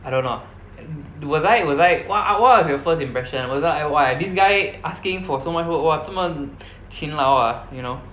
I don't know lah was I was I like what are what was your first impression was I like !wah! this guy asking for so much work !wah! 这么勤劳 ah you know